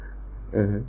mmhmm